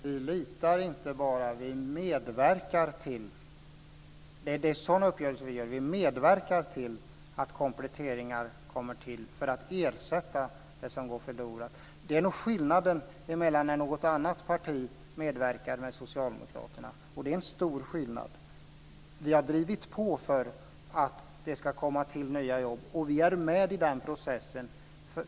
Fru talman! Det är inte bara så att vi litar på vad andra gör, utan vi medverkar till att något blir gjort. Genom uppgörelser medverkar vi till att kompletteringar kommer till för att ersätta det som går förlorat. Det är skillnaden i förhållande till samverkan mellan Socialdemokraterna och något annat parti. Det är en stor skillnad. Vi har drivit på för att det ska komma till nya jobb, och vi är med i den processen.